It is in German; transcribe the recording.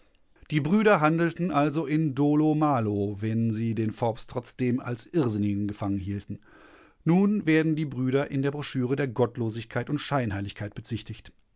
die brüder handelten also in dolo malo wenn sie den forbes trotzdem als irrsinnigen gefangen hielten nun werden die brüder in der broschüre der gottlosigkeit und scheinheiligkeit bezichtigt